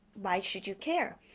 why should you care?